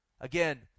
again